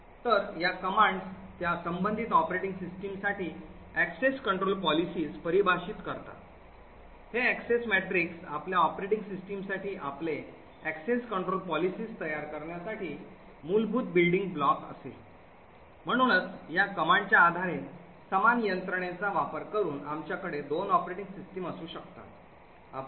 तर या कमांड्स त्या संबंधित ऑपरेटिंग सिस्टम साठी access control policies define करतात हे Access Matrix आपल्या ऑपरेटिंग सिस्टम साठी आपले access control policies तयार करण्यासाठी मूलभूत बिल्डिंग ब्लॉक असेल म्हणूनच या कमांडच्या आधारे समान यंत्रणेचा वापर करून आमच्याकडे दोन ऑपरेटिंग सिस्टम असू शकतात